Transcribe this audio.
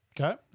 Okay